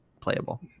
playable